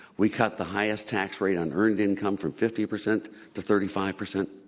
we cut the highest tax rate on earned income from fifty percent to thirty five percent.